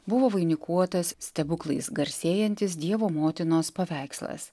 buvo vainikuotas stebuklais garsėjantis dievo motinos paveikslas